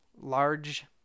large